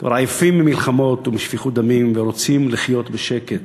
כבר עייפים ממלחמות ומשפיכות דמים ורוצים לחיות בשקט.